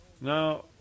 Now